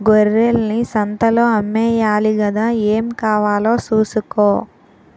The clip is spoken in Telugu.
గొర్రెల్ని సంతలో అమ్మేయాలి గదా ఏం కావాలో సూసుకో